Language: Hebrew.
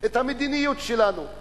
את המדיניות שלנו.